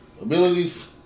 Abilities